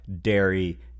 dairy